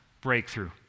breakthrough